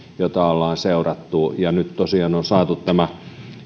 jota ollaan seurattu ja nyt tosiaan on saatu tämä